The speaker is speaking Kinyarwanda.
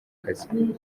kazi